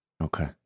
Okay